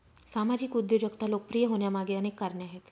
सामाजिक उद्योजकता लोकप्रिय होण्यामागे अनेक कारणे आहेत